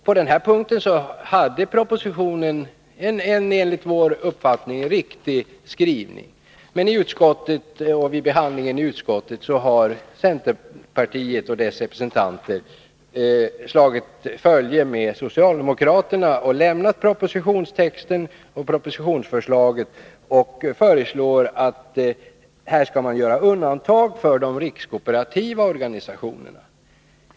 På den här punkten hade propositionen en enligt vår uppfattning riktig skrivning. Men vid behandlingen i utskottet har centerpartiet och dess representanter slagit följe med socialdemokraterna och lämnat propositionstexten och propositionsförslaget och föreslår att man skall göra undantag för de rikskooperativa organisationerna.